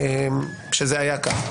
שזה היה כך.